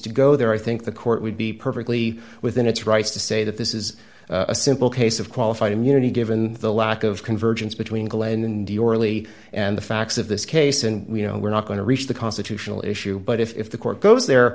to go there i think the court would be perfectly within its rights to say that this is a simple case of qualified immunity given the lack of convergence between glenn and your lee and the facts of this case and you know we're not going to reach the constitutional issue but if the court goes